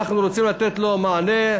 אנחנו רוצים לתת לו מענה.